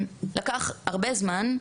תודה רבה לך חבר הכנסת